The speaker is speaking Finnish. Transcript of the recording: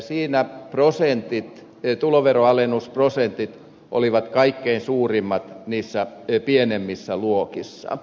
siinä tuloveron alennusprosentit olivat kaikkein suurimmat niissä pienemmissä luokissa